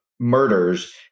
murders